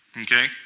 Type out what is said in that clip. okay